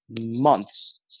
months